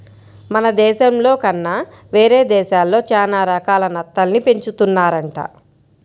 మన దేశంలో కన్నా వేరే దేశాల్లో చానా రకాల నత్తల్ని పెంచుతున్నారంట